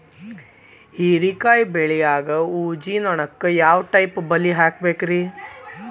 ಹೇರಿಕಾಯಿ ಬೆಳಿಯಾಗ ಊಜಿ ನೋಣಕ್ಕ ಯಾವ ಟೈಪ್ ಬಲಿ ಹಾಕಬೇಕ್ರಿ?